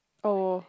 oh